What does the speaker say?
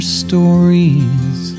stories